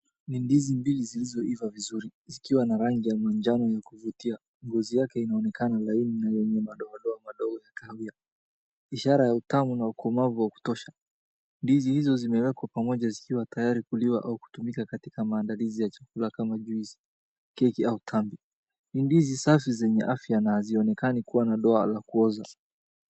Ni ndizi mbili zilizoiva vizuri zikiwa na rangi ya manjano ya kuvutia. Ngozi yake inaonekana laini na yenye madoadoa madogo ya kahawia, ishara ya utamu na ukomavu wa kutosha. Ndizi hizo zimewekwa pamoja zikiwa tayari kuliwa au kutumika katika mandaliza ya chakula kama juice, keki au tambi. Ni ndizi safi zenye afya na hazionekani kuwa na doa la kuoza.